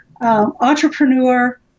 entrepreneur